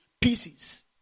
pieces